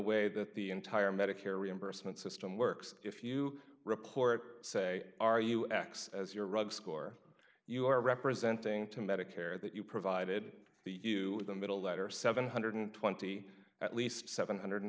way that the entire medicare reimbursement system works if you report say are you x as your rug score you are representing to medicare that you provided you the middle letter seven hundred and twenty at least seven hundred and